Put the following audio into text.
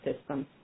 system